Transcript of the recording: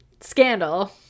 Scandal